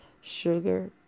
sugar